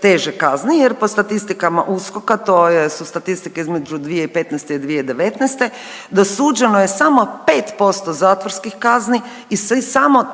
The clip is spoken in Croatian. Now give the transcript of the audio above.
teže kazne, jer po statistikama USKOKA, to su statistike između 2015. i 2019. dosuđeno je samo 5% zatvorskih kazni i samo